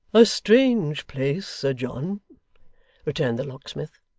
a strange place, sir john returned the locksmith,